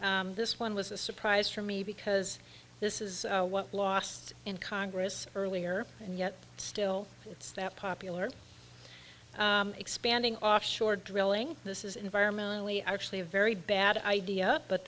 pollutant this one was a surprise for me because this is what lost in congress earlier and yet still it's that popular expanding offshore drilling this is environmentally actually a very bad idea but